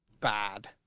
Bad